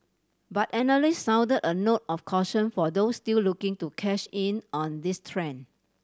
but analysts sounded a note of caution for those still looking to cash in on this trend